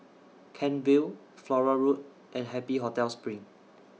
Kent Vale Flora Road and Happy Hotel SPRING